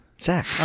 Zach